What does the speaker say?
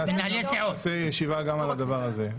נעשה ישיבה גם בנושא הזה.